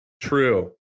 True